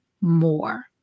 more